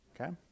okay